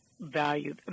value